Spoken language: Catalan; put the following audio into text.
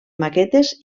maquetes